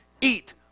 eat